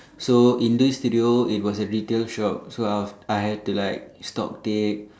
so in this studio it was a retail shop so I have I had to like stock take